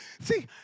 See